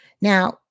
Now